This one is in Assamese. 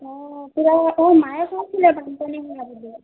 অঁ মায়ে কৈছিলে বানপানী হোৱা বুলি